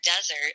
desert